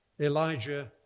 Elijah